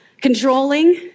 controlling